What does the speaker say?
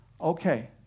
okay